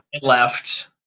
left